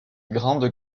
grandes